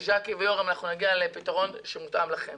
ג'קי ויורם, נגיע לפתרון שמותאם לכם.